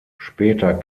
später